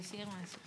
תשאיר משהו.